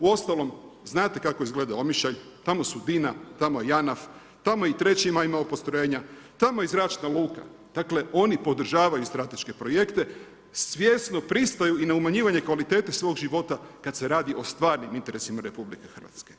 Uostalom znate kako gleda Omišalj, tamo su DINA, tamo je JANAF, tamo je i 3. maj imao postrojenja, tamo je i zračna luka, dakle oni podržavaju strateške projekte svjesno pristaju i na umanjivanje kvalitete svog života kada se radi o stvarnim interesima RH.